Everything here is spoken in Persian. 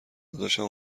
داداشم